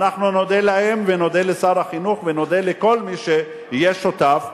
אנחנו נודה להם ונודה לשר החינוך ונודה לכל מי שיהיה שותף,